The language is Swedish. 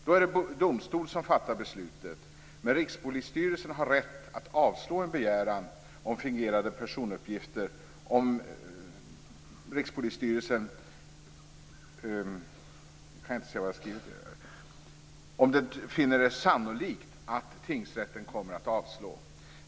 Då är det domstol som fattar beslutet, men Rikspolisstyrelsen har rätt att avslå en begäran om fingerade personuppgifter om Rikspolisstyrelsen finner det sannolikt att tingsrätten kommer att avslå.